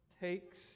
takes